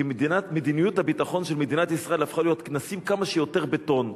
כי מדיניות הביטחון של מדינת ישראל הפכה להיות שנשים כמה שיותר בטון.